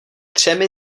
třemi